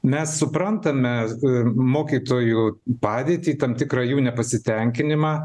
mes suprantame mokytojų padėtį tam tikrą jų nepasitenkinimą